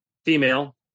Female